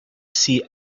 see